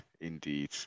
indeed